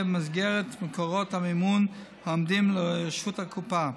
במסגרת מקורות המימון העומדים לרשות הקופה.